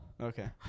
okay